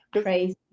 Crazy